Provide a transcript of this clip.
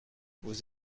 vous